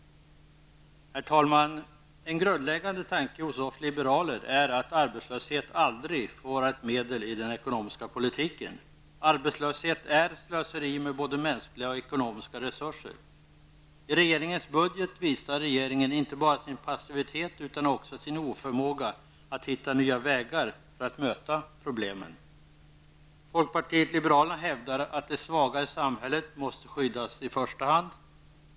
Herr talman! En grundläggande tanke hos oss liberaler är att arbetslöshet aldrig får vara ett medel i den ekonomiska politiken. Arbetslöshet är slöseri med både mänskliga och ekonomiska resurser. I regeringens budget visar regeringen inte bara sin passivitet, utan också sin oförmåga att hitta nya vägar för att möta problemen. Folkpartiet liberalerna hävdar att de svaga i samhället måste skyddas i första hand.